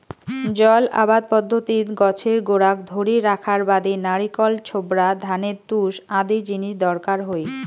জল আবাদ পদ্ধতিত গছের গোড়াক ধরি রাখার বাদি নারিকল ছোবড়া, ধানের তুষ আদি জিনিস দরকার হই